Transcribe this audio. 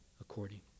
according